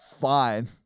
Fine